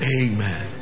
Amen